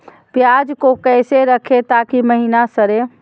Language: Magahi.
प्याज को कैसे रखे ताकि महिना सड़े?